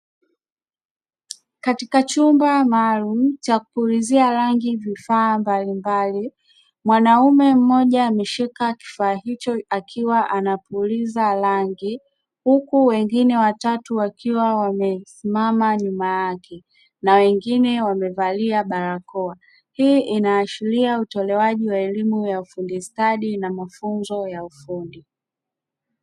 Katika chumba maalumu cha kupulizia rangi vifaa mbalimbali, mwanaume mmoja ameshika kifaa hicho akiwa anapuliza rangi huku wengine watatu wakiwa wamesimama nyuma yake na wengine wamevalia barakoa, hii inaashiria utolewaji wa elimu ya ufundi stadi na mafunzo ya ufundi.